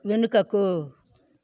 వెనుకకు